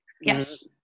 Yes